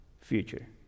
future